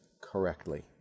correctly